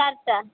ଚାରିଟା